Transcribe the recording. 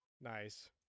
Nice